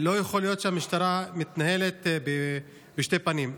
לא יכול להיות שהמשטרה מתנהלת בשתי פנים.